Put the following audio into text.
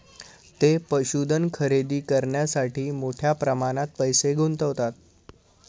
ते पशुधन खरेदी करण्यासाठी मोठ्या प्रमाणात पैसे गुंतवतात